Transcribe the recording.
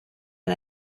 and